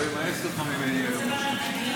אדוני היושב-ראש,